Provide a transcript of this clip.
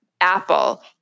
Apple